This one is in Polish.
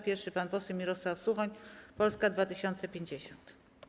Pierwszy pan poseł Mirosław Suchoń, Polska 2050.